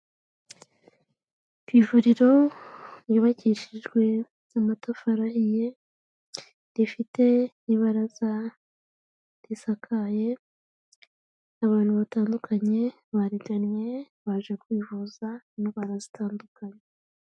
Ku ivuriro ryubakishijwe amatafari ahiye, rifite ibaraza risakaye, abantu batandukanye barigannye, baje kwivuza indwara zitandukanye.